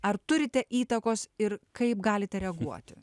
ar turite įtakos ir kaip galite reaguoti